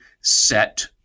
set